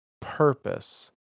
purpose